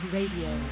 Radio